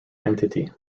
entity